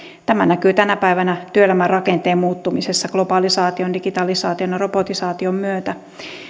tämä näkyy tänä päivänä työelämän rakenteen muuttumisessa globalisaation digitalisaation ja robotisaation myötä